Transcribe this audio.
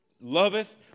loveth